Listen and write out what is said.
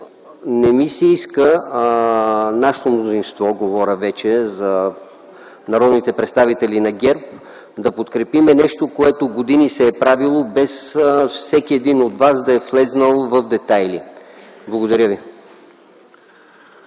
не ми се иска нашето мнозинство, говоря вече за народните представители на ГЕРБ да подкрепим нещо, което години се е правило без всеки един от вас да е влязъл в детайли. Благодаря ви.